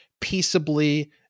peaceably